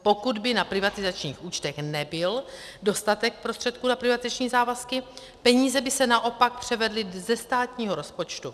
Pokud by na privatizačních účtech nebyl dostatek prostředků na privatizační závazky, peníze by se naopak převedly ze státního rozpočtu.